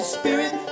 spirit